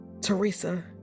Teresa